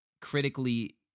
critically